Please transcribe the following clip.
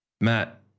Matt